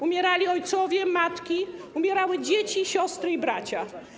Umierali ojcowie, matki, umierały dzieci, siostry, umierali bracia.